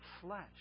flesh